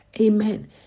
Amen